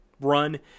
run